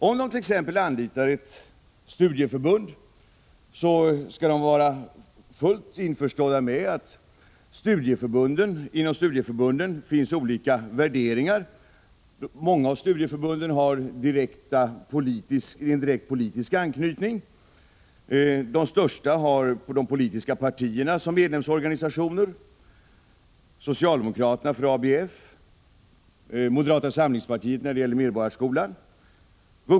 Om de t.ex. anlitar ett studieförbund skall de vara fullt införstådda med att det inom studieförbunden finns olika värderingar. Många av studieförbunden har en direkt politisk anknytning. De största studieförbunden har de politiska partierna som medlemsorganisationer. Socialdemokraterna har ABF. Moderata samlingspartiet har Medborgarskolan.